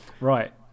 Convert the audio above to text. Right